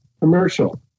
commercial